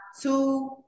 two